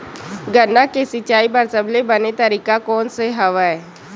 गन्ना के सिंचाई बर सबले बने तरीका कोन से हवय?